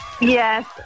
yes